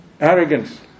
arrogance